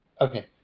Okay